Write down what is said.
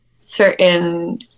certain